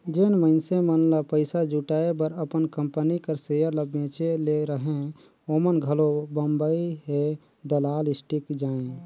जेन मइनसे मन ल पइसा जुटाए बर अपन कंपनी कर सेयर ल बेंचे ले रहें ओमन घलो बंबई हे दलाल स्टीक जाएं